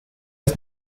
ist